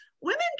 women